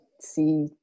see